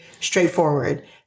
straightforward